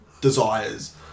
desires